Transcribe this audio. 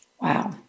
Wow